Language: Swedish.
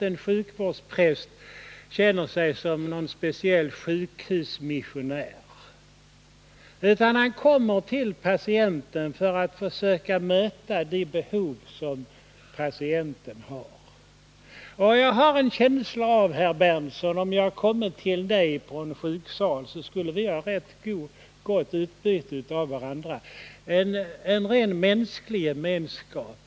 En sjukvårdspräst känner sig säkert inte som någon speciell sjukhusmissionär, utan han kommer till patienten för att försöka möta de behov som patienten har. Jag har en känsla av, Nils Berndtson, att jag om jag kom till dig på en sjuksal, så skulle vi ha gott utbyte av varandra, en rent mänsklig gemenskap.